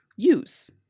use